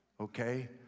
okay